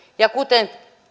ja kuten